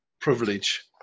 privilege